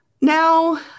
Now